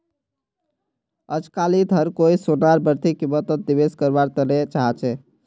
अजकालित हर कोई सोनार बढ़ती कीमतत निवेश कारवार तने चाहछै